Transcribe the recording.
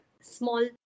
small